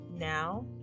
Now